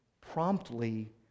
promptly